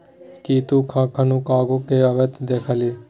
कि तु कखनहुँ कार्गो केँ अबैत देखलिही?